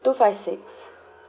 two five six